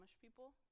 people